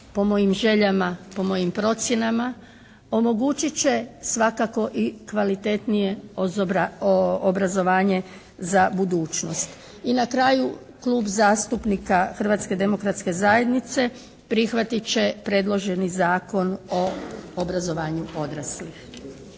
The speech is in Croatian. po mojim željama, po mojim procjenama omogućit će svakako i kvalitetnije obrazovanje za budućnost. I na kraju Klub zastupnika Hrvatske demokratske zajednice prihvatit će predloženi Zakon o obrazovanju odraslih.